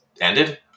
ended